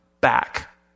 back